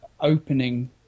opening